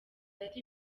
ati